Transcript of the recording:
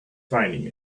finding